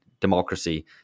democracy